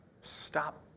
Stop